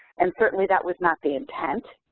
and certainly that was not the intent